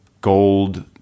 Gold